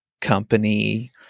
company